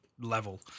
Level